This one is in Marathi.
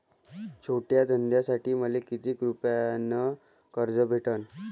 छोट्या धंद्यासाठी मले कितीक रुपयानं कर्ज भेटन?